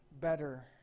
better